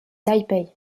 taipei